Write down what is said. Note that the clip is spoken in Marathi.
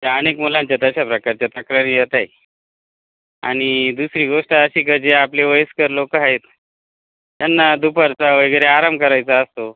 ज्या अनेक मुलांच्या तशा प्रकारच्या तक्रारी येत आहेत आणि दुसरी गोष्ट अशी का जे आपले वयस्कर लोकं आहेत त्यांना दुपारचा वगैरे आराम करायचा असतो